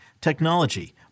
technology